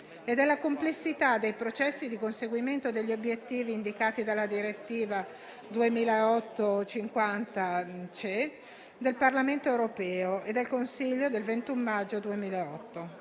e della complessità dei processi di conseguimento degli obiettivi indicati dalla direttiva 2008/50/CE del Parlamento europeo e del Consiglio, del 21 maggio 2008.